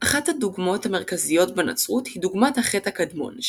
אחת הדוגמות המרכזיות בנצרות היא דוגמת החטא הקדמון,